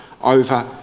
over